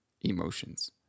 emotions